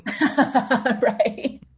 Right